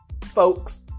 folks